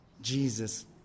Jesus